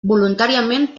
voluntàriament